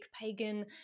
pagan